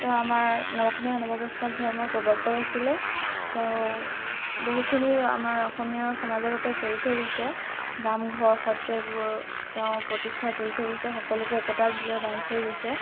তেওঁ আমাৰ ন অসমীয়া নৱবৈষ্ণৱ ধৰ্মৰ প্ৰৱৰ্তক আছিলে তেওঁ বহুখিনি আমাৰ অসমীয়া সমাজৰ বাবে কৰি থৈ গৈছে নামঘৰ সত্ৰ সেইবোৰ তেওঁ প্ৰতিষ্ঠা কৰি থৈ গৈছে সকলোকে একতাৰ ডোলেৰে বান্ধি থৈ গৈছে